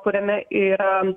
kuriame yra